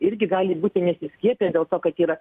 irgi gali būti nesiskiepyję dėl to kad yra